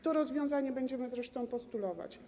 To rozwiązanie będziemy zresztą postulować.